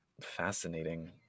fascinating